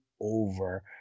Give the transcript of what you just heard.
over